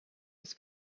was